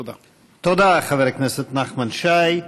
תודה, אדוני היושב-ראש.